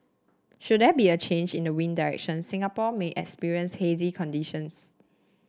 should there be a change in the wind direction Singapore may experience hazy conditions